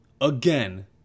again